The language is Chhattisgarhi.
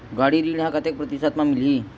गाड़ी ऋण ह कतेक प्रतिशत म मिलही?